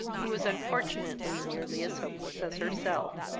who was unfortunately nearly as hopeless as herself.